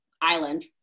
island